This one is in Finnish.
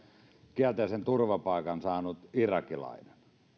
kielteisen turvapaikan saanut irakilainen